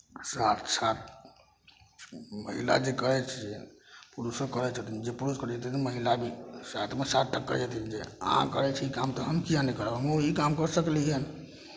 साथ साथ महिला जे करै छै पुरुषो करै छथिन जे पुरुष करै छथिन से महिला भी साथमे साथ दऽ कऽ करै छथिन जे अहाँ करै छी काम तऽ हम किए नहि करब हमहूँ ई काम कऽ सकली हन